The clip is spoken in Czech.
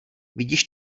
vidíš